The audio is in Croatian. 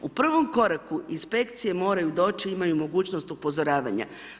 U prvom koraku inspekcije moraju doći, imaju mogućnost upozoravanja.